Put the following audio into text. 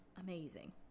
amazing